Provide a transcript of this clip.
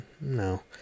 no